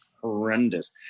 horrendous